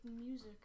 music